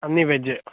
అన్నీ వెజ్